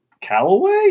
Callaway